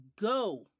go